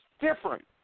different